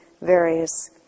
various